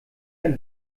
ein